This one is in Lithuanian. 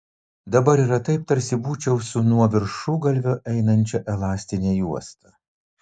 dabar yra taip tarsi būčiau su nuo viršugalvio einančia elastine juosta